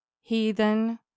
heathen